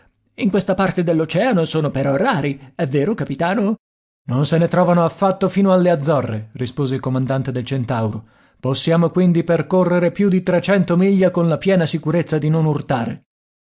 in questa parte dell'oceano sono però rari è vero capitano non se ne trovano affatto fino alle azzorre rispose il comandante del centauro possiamo quindi percorrere più di trecento miglia con la piena sicurezza di non urtare